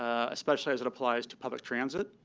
especially as it applies to public transit.